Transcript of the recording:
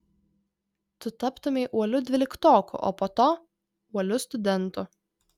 tu taptumei uoliu dvyliktoku o po to uoliu studentu